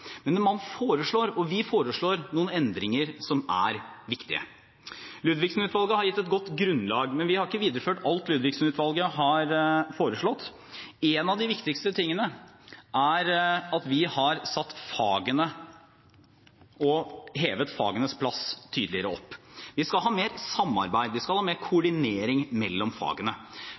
Men vi foreslår noen endringer som er viktige. Ludvigsen-utvalget har gitt et godt grunnlag, men vi har ikke videreført alt Ludvigsen-utvalget har foreslått. En av de viktigste tingene er at vi har hevet fagenes plass tydeligere. Vi skal ha mer samarbeid, vi skal ha mer koordinering mellom fagene.